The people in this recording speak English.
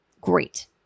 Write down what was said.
great